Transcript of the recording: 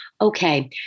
okay